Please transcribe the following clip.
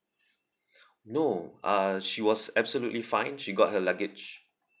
no uh she was absolutely fine she got her luggage